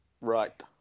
Right